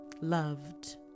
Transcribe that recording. loved